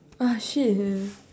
ah shit eh